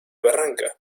barracas